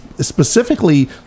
specifically